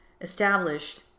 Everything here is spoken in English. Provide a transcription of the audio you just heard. established